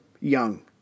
Young